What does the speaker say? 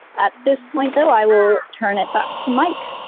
at this point though, i will turn it back to mike.